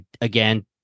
again